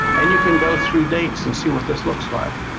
and you can go through dates and see what this looks like.